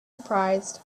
surprised